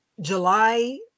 July